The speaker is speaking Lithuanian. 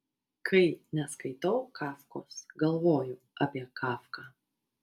kai neskaitau kafkos galvoju apie kafką